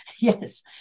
Yes